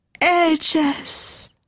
Edges